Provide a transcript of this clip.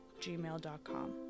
gmail.com